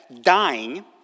dying